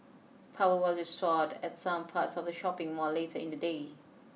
power was reshored at some parts of the shopping mall later in the day